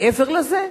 מעבר לזה,